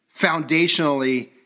foundationally